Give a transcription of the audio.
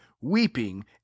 weeping